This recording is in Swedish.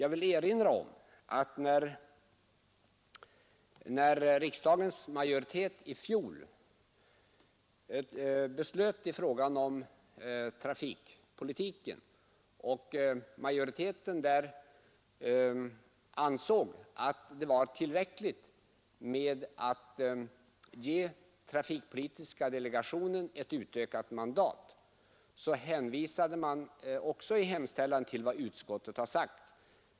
Jag vill erinra om att när riksdagens majoritet i fjol fattade beslut i fråga om trafikpolitiken och majoriteten därvid ansåg att det var tillräckligt att ge trafikpolitiska delegationen ett utökat mandat, så hänvisade man oc hemställan till vad utskottet sagt.